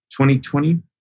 2020